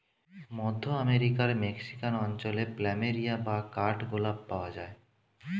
মধ্য আমেরিকার মেক্সিকান অঞ্চলে প্ল্যামেরিয়া বা কাঠ গোলাপ পাওয়া যায়